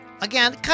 Again